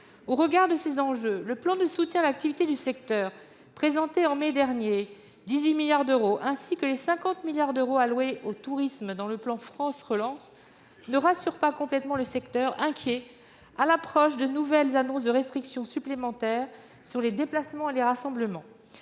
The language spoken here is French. Au regard de ces enjeux, le plan de soutien à l'activité du secteur présenté en mai dernier, de 18 milliards d'euros, ainsi que les 50 milliards d'euros alloués au tourisme dans le plan France Relance, ne rassurent pas complètement le secteur, inquiet à l'approche de l'annonce de restrictions supplémentaires sur les déplacements et les rassemblements.